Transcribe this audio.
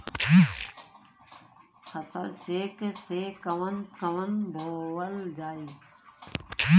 फसल चेकं से कवन फसल बोवल जाई?